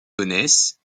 gonesse